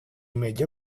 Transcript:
meja